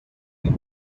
been